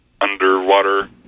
underwater